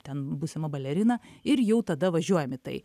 ten būsima balerina ir jau tada važiuojam į tai